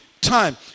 time